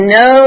no